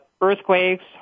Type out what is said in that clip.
earthquakes